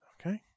Okay